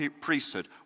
priesthood